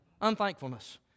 Unthankfulness